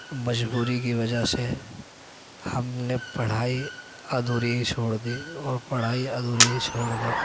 مجبوری کی وجہ سے ہم نے پڑھائی ادھوری ہی چھوڑ دی اور پڑھائی ادھوری ہی چھوڑ کر